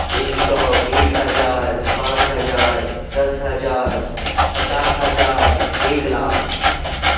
एक सए एक हजार पाँच हजार दस हजार पचास हजार एक लाख